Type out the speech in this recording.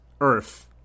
earth